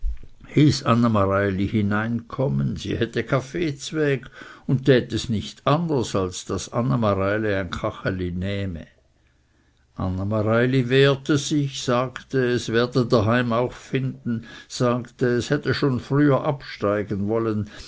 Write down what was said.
hieß anne mareili hineinkommen sie hätte kaffee zweg und tät es nicht anders als daß anne mareili ein kacheli nähme anne mareili wehrte sich sagte es werde daheim auch finden sagte es hätte schon früher absteigen wollen